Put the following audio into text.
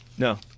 No